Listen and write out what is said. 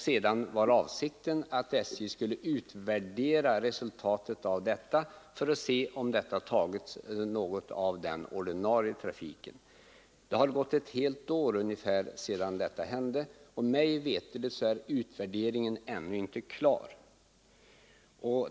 Sedan var avsikten att SJ skulle utvärdera resultatet för att se om denna tågcharter tagit något av den ordinarie trafiken. Det har nu gått ungefär ett år sedan försöksverksamheten genom fördes, och såvitt jag vet är utvärderingen ännu inte klar.